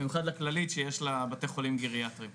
במיוחד לכללית שיש לה בתי חולים גריאטריים.